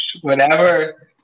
Whenever